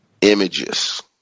images